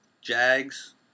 Jags